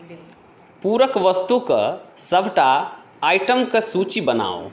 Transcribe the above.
पूरक वस्तुक सभटा आइटम के सूची बनाउ